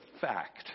fact